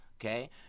okay